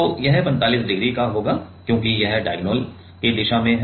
तो यह 45 डिग्री होगा क्योंकि यह डायगोनल की दिशा में है